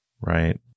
Right